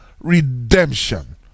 redemption